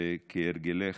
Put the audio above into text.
וכהרגלך,